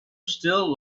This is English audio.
still